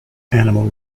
animal